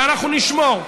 ואנחנו נשמור.